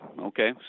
okay